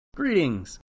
Greetings